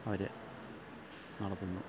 അവര് നടത്തുന്നു